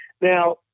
Now